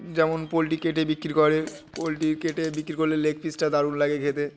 যেমন পোলট্রি কেটে বিক্রি করে পোলট্রি কেটে বিক্রি করলে লেগ পিসটা দারুণ লাগে খেতে